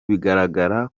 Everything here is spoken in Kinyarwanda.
bigaragara